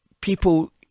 People